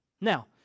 Now